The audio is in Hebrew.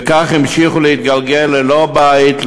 וכך המשיכו להתגלגל ללא בית,